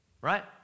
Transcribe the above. right